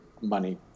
money